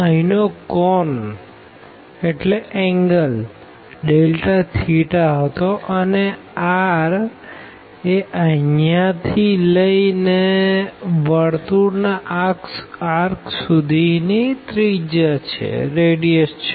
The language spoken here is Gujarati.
અહી નો કોણ ડેલ્ટા થેટા હતો અને r એ અહિયાં થી લઇ ને સર્કલ ના આર્ક સુધી ની રેડીઅસ છે